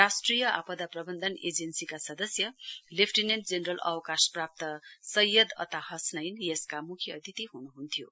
राष्ट्रिय आपदा प्रवन्धन एजेन्सीका सदस्य लेफ्टिनेन्ट जेनरल अवकासप्राप्त सैयद अता हसनैन यसका मुख्य अतिथि हुनुहुन्थ्यो